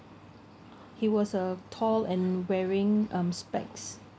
he was uh tall and wearing um specs